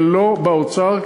ולא באוצר.